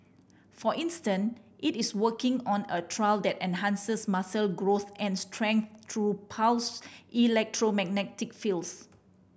for instance it is working on a trial that enhances muscle growth and strength through pulsed electromagnetic fields